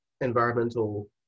environmental